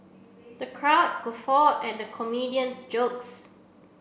the crowd guffawed at the comedian's jokes